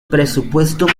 presupuesto